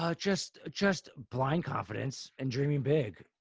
ah just just blind confidence and dreaming big.